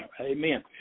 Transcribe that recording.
Amen